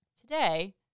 today